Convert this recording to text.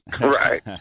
right